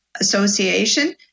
association